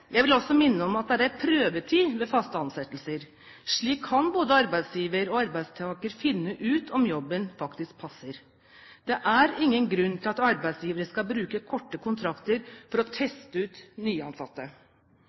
Jeg vil også minne om at det er en prøvetid ved faste ansettelser. Slik kan både arbeidsgiver og arbeidstaker finne ut om man faktisk passer i jobben. Det er ingen grunn til at arbeidsgivere skal bruke korte kontrakter for å teste ut nyansatte.